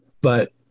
But-